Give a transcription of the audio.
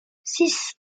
six